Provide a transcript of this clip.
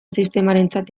sistemarentzat